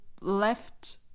left